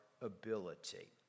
ability